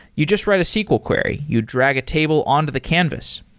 you just write a sql query. you drag a table on to the canvas.